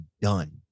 done